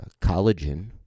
collagen